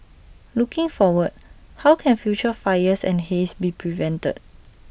looking forward how can future fires and haze be prevented